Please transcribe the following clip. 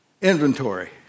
inventory